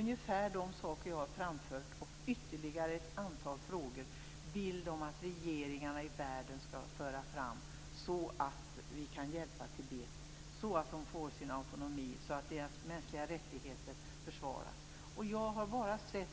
Ungefär de saker som jag har framfört och ytterligare ett antal frågor vill man att regeringarna i världen skall föra fram så att vi kan hjälpa Tibet, att landet får sin autonomi och deras mänskliga rättigheter försvaras. Jag har sett allt